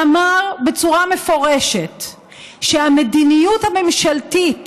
ואמר בצורה מפורשת שהמדיניות הממשלתית